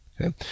Okay